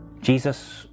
Jesus